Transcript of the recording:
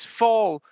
fall